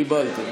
קיבלתם.